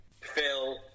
Phil